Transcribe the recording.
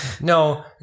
No